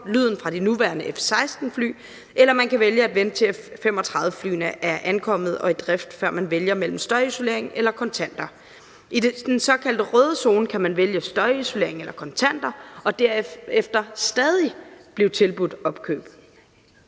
lyden fra de nuværende F-16-fly. Eller man kan vælge at vente, til F-35-flyene er ankommet og i drift, før man vælger mellem støjisolering eller kontanter. I den såkaldte røde zone kan man vælge støjisolering eller kontanter og derefter stadig blive tilbudt opkøb.